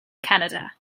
canada